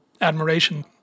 admiration